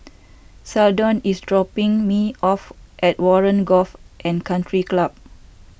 Seldon is dropping me off at Warren Golf and Country Club